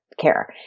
care